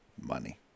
money